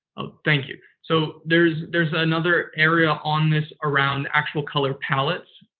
thank you. so, there's there's another area on this around actual color palettes.